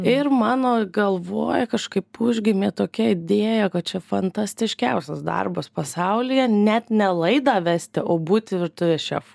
ir mano galvoj kažkaip užgimė tokia idėja kad čia fantastiškiausias darbas pasaulyje net ne laidą vesti o būti virtuvės šefu